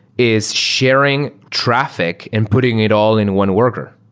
is sharing traffic and putting it all in one worker,